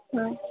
ହଁ